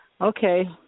Okay